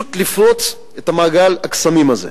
פשוט לפרוץ את מעגל הקסמים הזה.